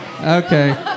okay